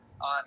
on